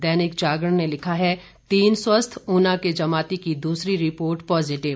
दैनिक जागरण ने लिखा है तीन स्वस्थ ऊना के जमाती की दूसरी रिपोर्ट पॉजिटिव